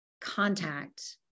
contact